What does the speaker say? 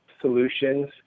solutions